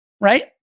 right